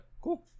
cool